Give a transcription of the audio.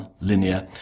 linear